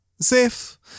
Safe